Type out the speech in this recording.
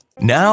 Now